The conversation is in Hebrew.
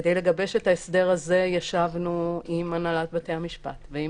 כדי לגבש את ההסדר ישבנו עם הנהלת בתי המשפט ועם